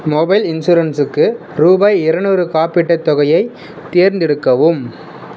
mobile இன்சூரன்ஸுக்கு ரூபாய் இருநூறு காப்பீட்டுத் தொகையை தேர்ந்தெடுக்கவும்